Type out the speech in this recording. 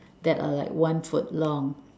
that are like one foot long